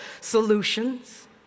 solutions